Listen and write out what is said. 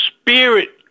spirit